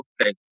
okay